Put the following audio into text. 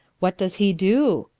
what does he do?